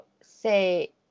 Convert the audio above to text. say